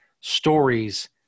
stories